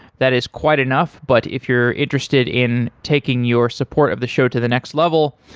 that is quite enough, but if you're interested in taking your support of the show to the next level,